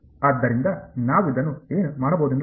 ಆದ್ದರಿಂದ ನಾವು ಇದನ್ನು ಏನು ಮಾಡಬಹುದೆಂದು ನೋಡೋಣ